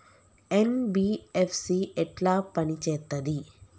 NBFC ఎట్ల పని చేత్తది?